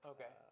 Okay